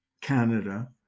Canada